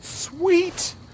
Sweet